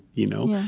you know.